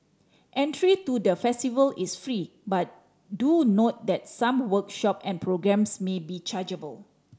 entry to the festival is free but do note that some workshop and programmes may be chargeable